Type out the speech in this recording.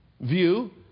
view